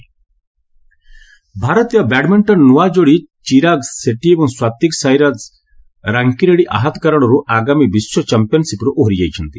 badminton ଭାରତୀୟ ବ୍ୟାଡମିଷ୍ଟନର ନୂଆ ଯୋଡି ସିରାଗ ସେଟ୍ଟୀ ଏବଂ ସାତ୍ୱିକ୍ସାଇରାଜ ରାଙ୍କି ରେଡ୍ଡି ଆହତ କାରଣରୁ ଆଗାମୀ ବିଶ୍ୱ ଚାମ୍ପିୟନଶିପରୁ ଓହରି ଯାଇଛନ୍ତି